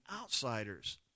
outsiders